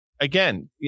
Again